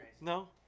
No